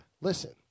Listen